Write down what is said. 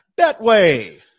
Betway